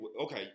Okay